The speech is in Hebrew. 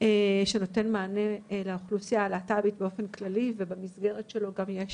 שנותן מענה לאוכלוסייה הלהט"בית באופן כללי ובמסגרת שלו גם יש